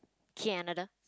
Canada